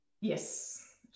yes